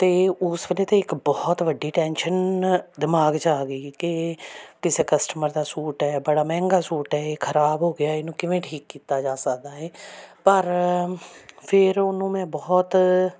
ਅਤੇ ਉਸ ਵੇਲੇ ਤਾਂ ਇੱਕ ਬਹੁਤ ਵੱਡੀ ਟੈਨਸ਼ਨ ਦਿਮਾਗ 'ਚ ਆ ਗਈ ਕਿ ਕਿਸੇ ਕਸਟਮਰ ਦਾ ਸੂਟ ਹੈ ਬੜਾ ਮਹਿੰਗਾ ਸੂਟ ਹੈ ਇਹ ਖਰਾਬ ਹੋ ਗਿਆ ਇਹਨੂੰ ਕਿਵੇਂ ਠੀਕ ਕੀਤਾ ਜਾ ਸਕਦਾ ਹੈ ਪਰ ਫਿਰ ਉਹਨੂੰ ਮੈਂ ਬਹੁਤ